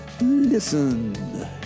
listen